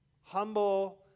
humble